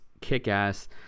kick-ass